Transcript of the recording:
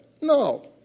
No